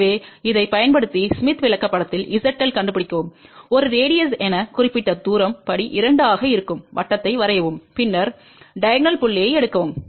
எனவே இதைப் பயன்படுத்தி ஸ்மித் விளக்கப்படத்தில் zL கண்டுபிடிக்கவும் ஒரு ரேடியஸ் என குறிப்பிட்ட தூரம் படி 2 ஆக இருக்கும் வட்டத்தை வரையவும் பின்னர் டைகோநல் புள்ளியை எடுக்கவும்